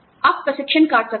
आप प्रशिक्षण काट सकते हैं